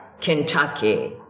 Kentucky